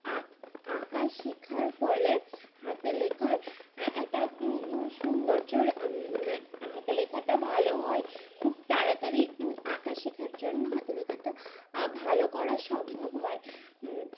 আঁক আঁকা শেখার ফলে হাতে লেখায় একটা সৌন্দর্য হাতে লেখাটা ভালো হয় খুব তাড়াতাড়ি আঁকা শেখার জন্য হাতে লেখাটা ভালো করা সম্ভব হয়